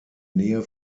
nähe